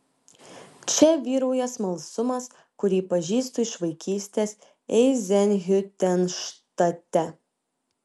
čia vyrauja smalsumas kurį pažįstu iš vaikystės eizenhiutenštate